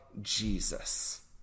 jesus